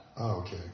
Okay